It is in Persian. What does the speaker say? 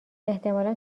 احتمالا